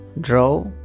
Draw